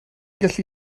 gallu